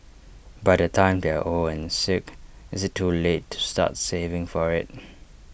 by the time they are old and sick IT is too late to start saving for IT